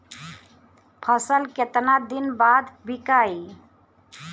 फसल केतना दिन बाद विकाई?